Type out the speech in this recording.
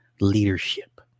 leadership